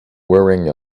wearing